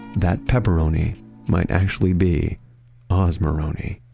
that pepperoni might actually be osmoroni